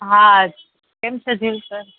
હા કેમ છે ઝીલ સર